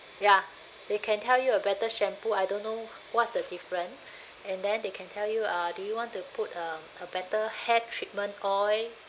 ya they can tell you a better shampoo I don't know what's the different and then they can tell you uh do you want to put uh a better hair treatment oil